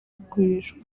gukoreshwa